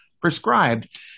prescribed